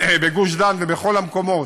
בגוש-דן ובכל המקומות,